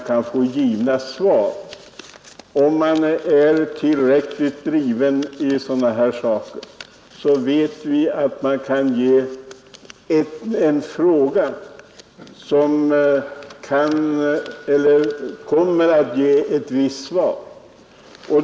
Men vi vet att om man är tillräckligt driven så kan man ställa en fråga så att man får ett visst svar på den.